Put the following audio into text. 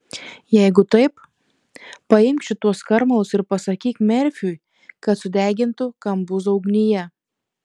jeigu taip paimk šituos skarmalus ir pasakyk merfiui kad sudegintų kambuzo ugnyje